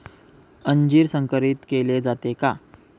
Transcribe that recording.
अंजीर संकरित केले जाते का?